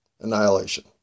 annihilation